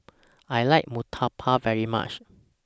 I like Murtabak very much